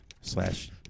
slash